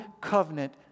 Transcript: covenant